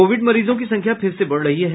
Covid मरीजों की संख्या फिर से बढ़ रही है